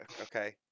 Okay